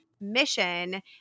mission